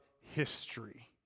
history